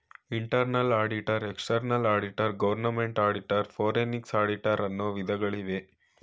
internal auditor, external auditor, government auditor, forensic auditor, ಅನ್ನು ವಿಧಗಳಿವೆ